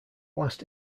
last